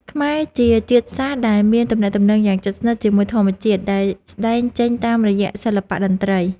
ខ្មែរជាជាតិសាសន៍ដែលមានទំនាក់ទំនងយ៉ាងជិតស្និទ្ធជាមួយធម្មជាតិ ដែលស្ដែងចេញតាមរយៈសិល្បៈតន្ត្រី។